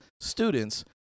students